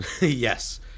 Yes